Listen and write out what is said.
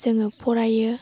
जोङो फरायो